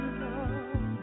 love